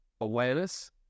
awareness